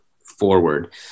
forward